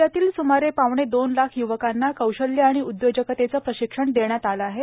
राज्यातील सुमारे पावणे दोन लाख य्वकांना कौशल्य आणि उद्योजकतेचे प्रशिक्षण देण्यात आले आहे